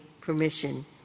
permission